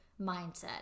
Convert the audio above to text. mindset